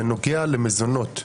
בנוגע למזונות,